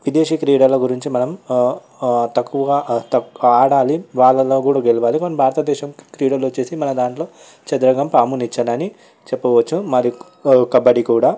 విదేశీ క్రీడల గురించి మనం తక్కువగా ఆడాలి వాళ్ళలో కూడా గెలవాలి మన భారతదేశానికి క్రీడలు వచ్చేసి మన దాంట్లో చదరంగం పాము నిచ్చెన అని చెప్పవచ్చు మరియు కబడ్డీ కూడా